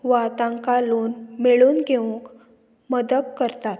वा तांकां लोन मेळून घेवंक मदक करतात